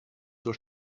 zur